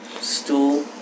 stool